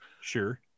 Sure